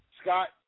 Scott